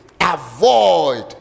avoid